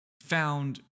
found